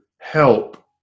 help